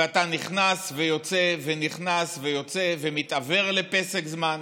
ואתה נכנס ויוצא ונכנס ויוצא ומתעוור לפרק זמן.